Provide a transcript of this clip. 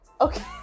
Okay